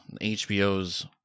HBO's